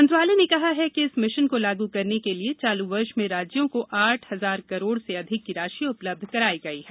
मंत्रालय ने कहा है कि इस मिशन को लागू करने के लिए चालू वर्ष में राज्यों को आठ हजार करोड़ से अधिक की राशि उपलब्ध करायी गयी है